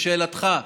לשאלתך,